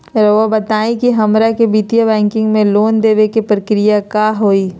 रहुआ बताएं कि हमरा के वित्तीय बैंकिंग में लोन दे बे के प्रक्रिया का होई?